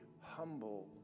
humble